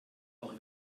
auch